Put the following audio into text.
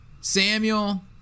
Samuel